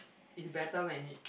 it's better when it's